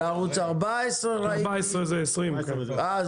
וערוץ 14. 14 זה 20. אהה,